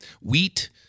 Wheat